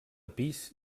pis